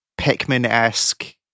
pikmin-esque